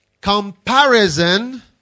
Comparison